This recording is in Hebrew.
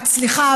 וחיים כץ, סליחה.